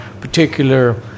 particular